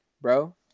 bro